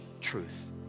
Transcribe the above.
truth